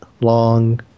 long